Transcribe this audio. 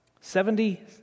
Seventy